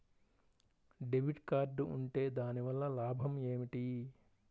Debit card ఉంటే దాని వలన లాభం ఏమిటీ?